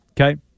Okay